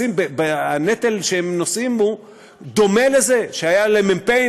הנטל שהם נושאים דומה לזה שהיה למ"פים